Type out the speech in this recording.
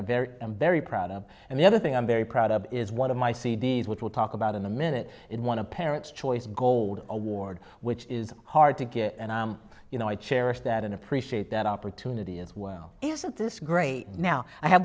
very very proud of and the other thing i'm very proud of is one of my c d s which we'll talk about in a minute in one a parent's choice gold award which is hard to get and i'm you know i cherish that and appreciate that opportunity as well isn't this great now i have